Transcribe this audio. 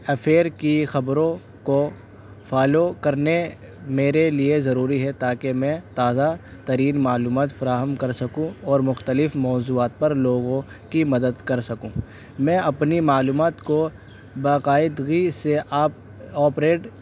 affair کی خبروں کو فالو کرنے میرے لیے ضروری ہے تاکہ میں تازہ ترین معلومات فراہم کر سکوں اور مختلف موضوعات پر لوگوں کی مدد کر سکوں میں اپنی معلومات کو باقاعدغی سے آپ آپریٹ